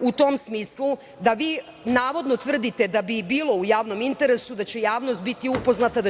u tom smislu da vi navodno tvrdite da bi bilo u javnom interesu, da će javnost biti upoznata